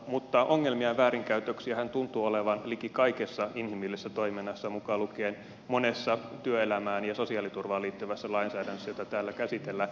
mutta ongelmia ja väärinkäytöksiähän tuntuu olevan liki kaikessa inhimillisessä toiminnassa mukaan lukien monessa työelämään ja sosiaaliturvaan liittyvässä lainsäädännössä jota täällä käsitellään